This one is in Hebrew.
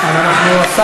אתם לא שרים ולא שום דבר.